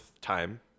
time